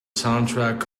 soundtrack